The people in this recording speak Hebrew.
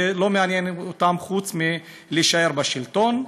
ולא מעניין אותם חוץ מלהישאר בשלטון.